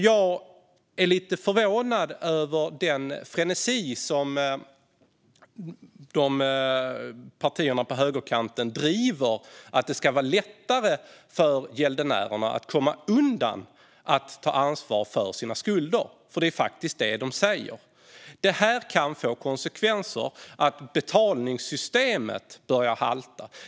Jag är lite förvånad över den frenesi med vilken partierna på högerkanten driver frågan om att det ska vara lättare för gäldenärerna att komma undan ansvar för sina skulder. Det är faktiskt detta de säger. Det här kan få konsekvenser så att betalningssystemet börjar halta.